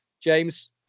James